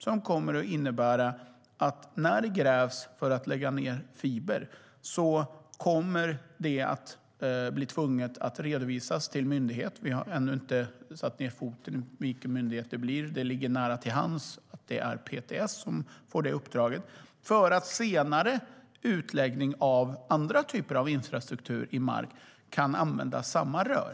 Det kommer att innebära att när det grävs för att man ska lägga ned fiber kommer man att vara tvungen att redovisa det till en myndighet - vi har ännu inte satt ned foten när det gäller vilken myndighet det blir, men det ligger nära till hands att det är PTS som får detta uppdrag - för att senare nedläggning av andra typer av infrastruktur i mark ska kunna ske i samma rör.